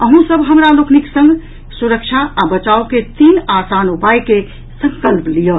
अह्ॅ सभ हमरा लोकनिक संग सुरक्षा आ बचाव के तीन आसान उपाय के संकल्प लियऽ